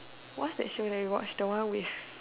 what's that show that we watch the one with